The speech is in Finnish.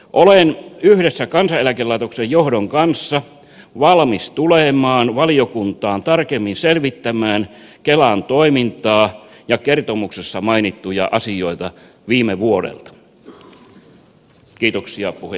olen yhdessä kansaneläkelaitoksen johdon kanssa valmis tulemaan valiokuntaan tarkemmin selvittämään kelan toimintaa ja kertomuksessa mainittuja asioita viime vuodelta